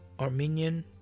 Armenian